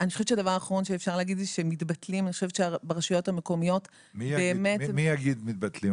האחרון שאפשר להגיד זה שמתבטלים --- מי יגיד שמתבטלים?